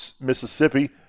Mississippi